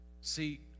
See